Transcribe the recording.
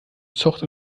zucht